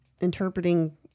interpreting